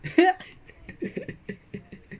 ya